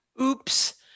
Oops